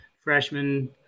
freshman